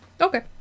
Okay